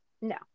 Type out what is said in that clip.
No